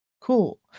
cool